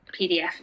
PDF